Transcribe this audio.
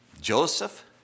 joseph